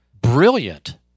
brilliant